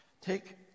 take